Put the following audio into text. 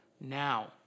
now